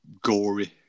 gory